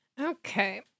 Okay